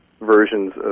Versions